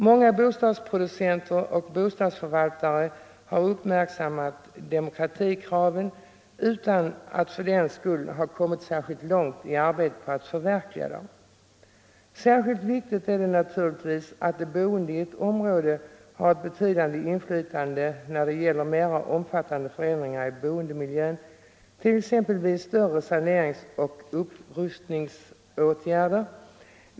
Många bostadsproducenter och bostadsförvaltare har uppmärksammat demokratikraven utan att fördenskull ha kommit särskilt långt i arbetet på att förverkliga dem. Särskilt viktigt är det naturligtvis att de boende i ett område har ett betydande inflytande när det gäller mera omfattande förändringar i boendemiljön, t.ex. vid större saneringsoch upprustningsåtgärder.